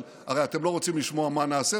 אבל אתם הרי לא רוצים לשמוע מה נעשה.